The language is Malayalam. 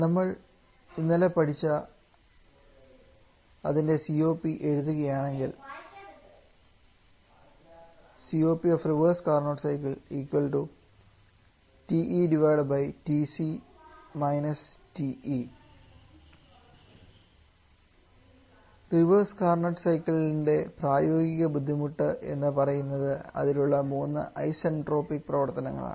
നമ്മൾ ഇന്നലെ പഠിച്ച അതിൻറെ COP എഴുതുകയാണെങ്കിൽ റിവേഴ്സ് കാർനട്ട് സൈക്കിളിൻറെ പ്രായോഗിക ബുദ്ധിമുട്ട് എന്ന് പറയുന്നത് അതിലുള്ള 2 ഐസ്എൻട്രോപിക് പ്രവർത്തനങ്ങളാണ്